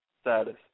status